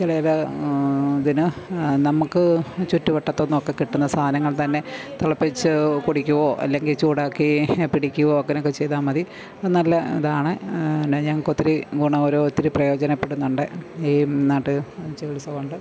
ചേലേത് ഇതിന് നമ്മള്ക്ക് ചുറ്റുവട്ടത്തൂന്നൊക്കെ കിട്ടുന്ന സാധനങ്ങൾ തന്നെ തിളപ്പിച്ച് കുടിക്കുവോ അല്ലെങ്കില് ചൂടാക്കി പിടിക്കോ അങ്ങനൊക്കെ ചെയ്താല് മതി നല്ല ഇതാണ് എന്നാല് ഞങ്ങള്ക്കൊത്തിരി ഗുണം ഒരു ഒത്തിരി പ്രയോജനപ്പെടുന്നുണ്ട് ഈ നാട്ടു ചികിത്സ കൊണ്ട്